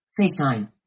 FaceTime